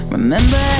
Remember